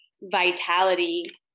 vitality